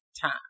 time